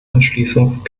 entschließung